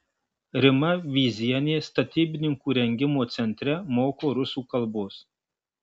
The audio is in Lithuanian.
rima vyzienė statybininkų rengimo centre moko rusų kalbos